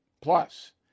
Plus